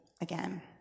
Again